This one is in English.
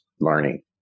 learning